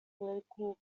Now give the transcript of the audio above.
political